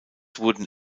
wurden